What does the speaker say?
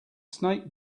snake